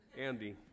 Andy